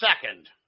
second